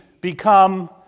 become